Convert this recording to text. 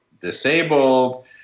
disabled